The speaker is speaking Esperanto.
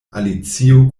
alicio